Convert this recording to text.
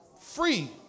free